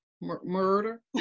Murder